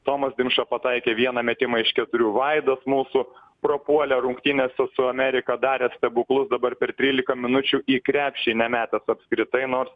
tomas dimša pataikė vieną metimą iš keturių vaidas mūsų prapuolė rungtynėse su amerika darė stebuklus dabar per trylika minučių į krepšį nemetęs apskritai nors